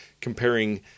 comparing